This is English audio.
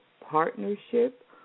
partnership